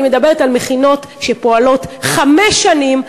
אני מדברת על מכינות שפועלות חמש שנים,